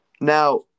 Now